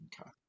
okay